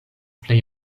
plej